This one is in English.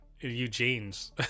Eugene's